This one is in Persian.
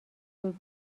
زود